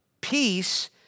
peace